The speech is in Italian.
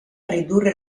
ridurre